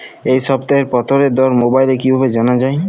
এই সপ্তাহের পটলের দর মোবাইলে কিভাবে জানা যায়?